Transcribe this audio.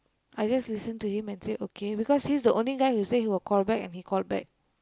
I just listen to him and say okay because he's the only guy he said he will call back and he called back